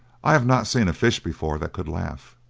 i have not seen a fish before that could laugh.